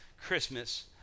Christmas